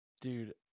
dude